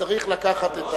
צריך לקחת,